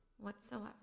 whatsoever